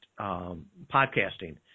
podcasting